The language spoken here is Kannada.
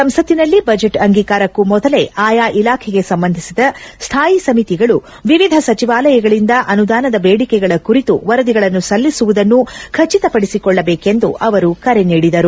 ಸಂಸತ್ತಿನಲ್ಲಿ ಬಜೆಟ್ ಅಂಗೀಕಾರಕ್ಕೂ ಮೊದಲೇ ಅಯಾ ಇಲಾಖೆಗೆ ಸಂಬಂಧಿಸಿದ ಸ್ವಾಯಿ ಸಮಿತಿಗಳು ವಿವಿಧ ಸಚಿವಾಲಯಗಳಿಂದ ಅನುದಾನದ ಬೇಡಿಕೆಗಳ ಕುರಿತು ವರದಿಗಳನ್ನು ಸಲ್ಲಿಸುವುದನ್ನು ಖಚಿತಪಡಿಸಿಕೊಳ್ಳಬೇಕೆಂದು ಅವರು ಕರೆ ನೀಡಿದರು